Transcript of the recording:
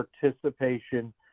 participation